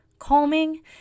calming